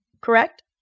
correct